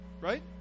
Right